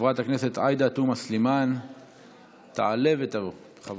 חברת הכנסת עאידה תומא סלימאן תעלה ותבוא, בכבוד.